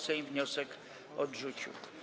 Sejm wniosek odrzucił.